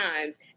times